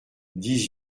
dix